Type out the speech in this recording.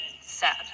sad